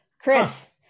Chris